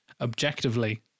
objectively